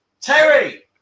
Terry